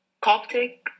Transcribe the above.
Coptic